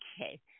Okay